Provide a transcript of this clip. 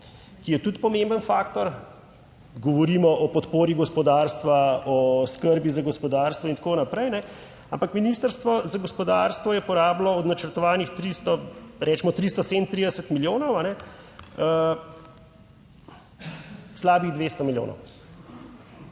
ki je tudi pomemben faktor. Govorimo o podpori gospodarstvu, o skrbi za gospodarstvo in tako naprej, ampak Ministrstvo za gospodarstvo je porabilo od načrtovanih 300, recimo 337 milijonov, slabih 200 milijonov,